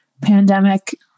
pandemic